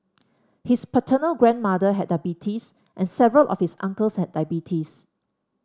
his paternal grandmother had diabetes and several of his uncles had diabetes